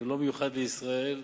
ולא מיוחד לישראל.